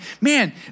man